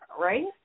right